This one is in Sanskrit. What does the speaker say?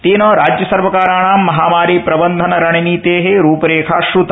तेन राज्य सर्वकाराणाम् महामारी प्रबन्धन रणनीते रूपरेखा श्रता